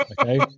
okay